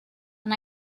and